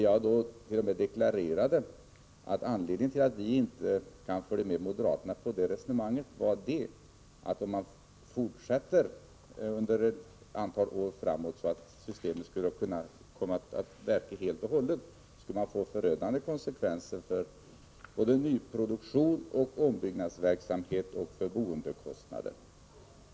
Jag deklarerade att anledningen till att vi inte kan följa moderaterna i deras resonemang i det avseendet är att om systemet får verka fullt ut i ett antal år skulle det få förödande konsekvenser för såväl nyproduktion och ombyggnadsverksamhet som boendekostnader.